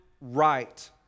right